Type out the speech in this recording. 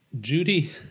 Judy